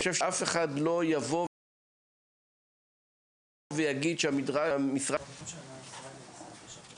אף אחד לא יכול להגיד שהמשרד הזה לא נדרש.